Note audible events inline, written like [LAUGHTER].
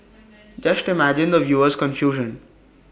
[NOISE] just imagine the viewer's confusion